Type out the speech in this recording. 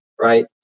right